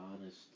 honest